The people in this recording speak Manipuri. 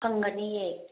ꯐꯪꯒꯅꯤꯌꯦ